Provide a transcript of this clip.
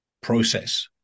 process